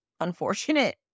unfortunate